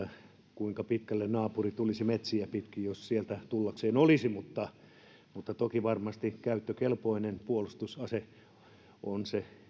kuinka pitkälle naapuri tulisi metsiä pitkin jos sieltä tullakseen olisi toki varmasti käyttökelpoinen puolustusase se